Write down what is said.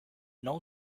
nom